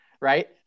right